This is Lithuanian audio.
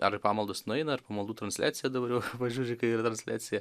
ar į pamaldas nueina ar pamaldų transliaciją dabar jau pažiūri kai yra transliacija